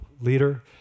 leader